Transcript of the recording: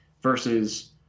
versus